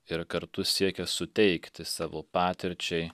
ir kartu siekia suteikti savo patirčiai